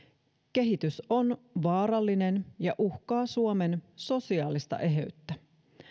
kehitys on vaarallinen ja uhkaa suomen sosiaalista eheyttä